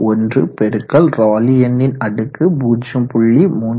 1 பெருக்கல் ராலி எண்ணின் அடுக்கு 0